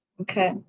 Okay